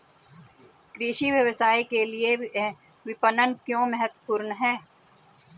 कृषि व्यवसाय के लिए विपणन क्यों महत्वपूर्ण है?